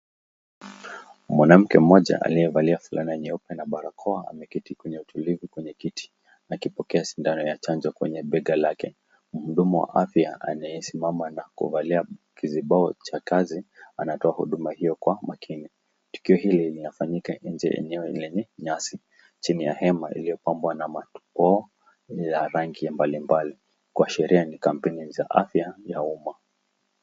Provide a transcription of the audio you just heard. Mwanamke moja aliyevalia fulana nyeupe na barakoa, ameketi kwenye utulivu kwenye kiti akipokea shindano ya chanjo kwenye bega lake, muudumu wa afya anaye simama nakuvalia kizibao cha kazi, anatoa huduma hiyo kwa wakenya. Tukio hili linafanyika nje eneo yenye nyazi. chini ya hema iliyo pampwa na maumbo ya rangi mbalimbali, kwa sherehe ni kampeni ya afya ya uma.